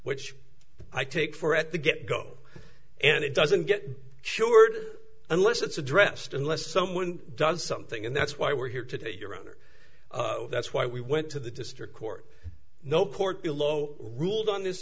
which i take for at the get go and it doesn't get sure unless it's addressed unless someone does something and that's why we're here today your honor that's why we went to the district court no portillo ruled on this